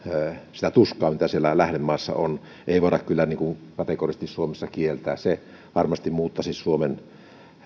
sitä tuskaa mitä siellä lähdemaassa on ei voida kyllä kategorisesti suomessa kieltää se varmasti muuttaisi suomen